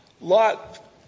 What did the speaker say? Lot